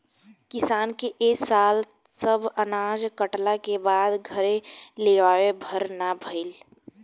किसान के ए साल सब अनाज कटला के बाद घरे लियावे भर ना भईल